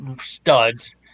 studs